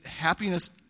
happiness